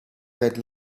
red